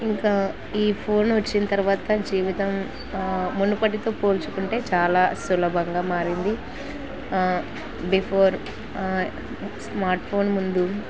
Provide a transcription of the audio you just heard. ఇంకా ఈ ఫోన్ వచ్చిన తర్వాత జీవితం మున్నపటితో పోల్చుకుంటే చాలా సులభంగా మారింది బిఫోర్ స్మార్ట్ఫోన్ ముందు